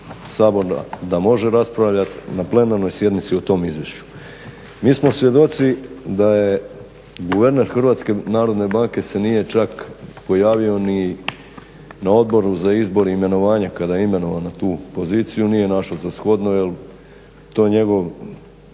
da može raspravljati na plenarnoj sjednici o tom izvješću. Mi smo svjedoci da je guverner HNB-a se nije čak pojavio na Odbor za izbor i imenovanja kad je imenovan na tu poziciju nije našao za shodno jer to je njegova